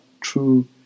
true